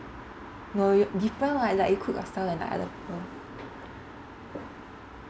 no yo~ depends lah like you cook yourself and like other people